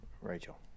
Rachel